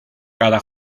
cada